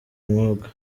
mwuga